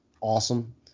awesome